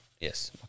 Yes